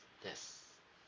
yes